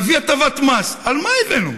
להביא הטבת מס, למה הבאנו?